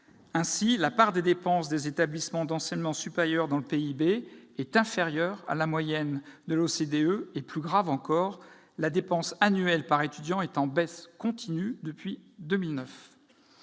Ainsi, la part des dépenses des établissements d'enseignement supérieur dans le PIB est inférieure à la moyenne de l'OCDE. Plus grave encore, la dépense annuelle par étudiant est en baisse continue depuis 2009.